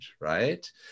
right